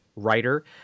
writer